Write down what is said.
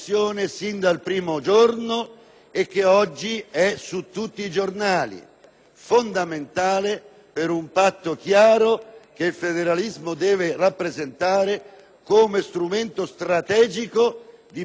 fondamentale per un patto chiaro che il federalismo deve rappresentare come strumento strategico di politica economica, di democrazia, di maggior potere dei cittadini